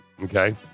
Okay